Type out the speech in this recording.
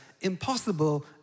impossible